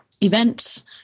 events